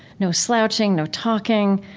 no slouching, no talking,